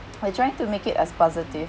I try to make it as positive